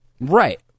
right